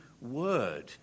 word